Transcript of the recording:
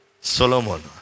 Solomon